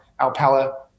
Alpala